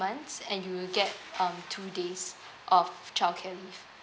months and you will get um two days of childcare leave